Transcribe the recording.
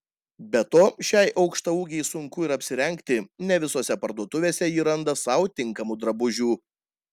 be to šiai aukštaūgei sunku ir apsirengti ne visose parduotuvėse ji randa sau tinkamų drabužių